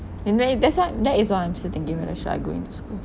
and then it that's why that is why I'm still thinking whether should I go into school